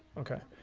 ok.